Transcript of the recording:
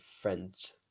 friends